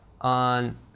on